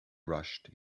rushed